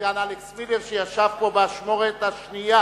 הסגן אלכס מילר, שישב פה באשמורת השנייה